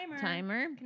timer